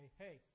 hey